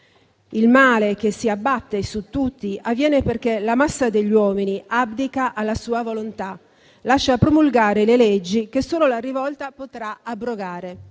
il male che si abbatte su tutti, avviene perché la massa degli uomini abdica alla sua volontà, lascia promulgare le leggi che solo la rivolta potrà abrogare».